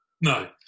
no